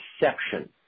exception